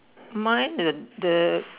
mine is this